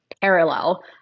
Parallel